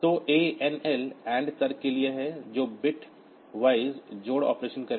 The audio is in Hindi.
तो ANL AND तर्क के लिए है जो बिट वार जोड़ ऑपरेशन करेगा